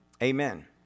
Amen